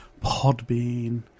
Podbean